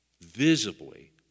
visibly